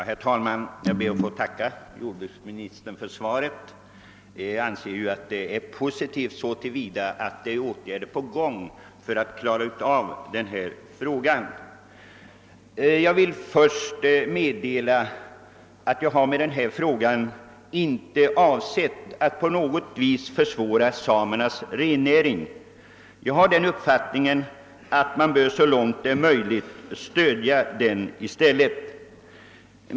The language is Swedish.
Herr talman! Jag ber att få tacka jordbruksministern för svaret. Jag anser att det är positivt så till vida att åtgärder förberetts för att lösa denna fråga. Jag vill först meddela att jag med denna fråga inte har avsett att på något sätt försvåra samernas rennäring. Jag har den uppfattningen att man bör så långt möjligt stödja den i stället.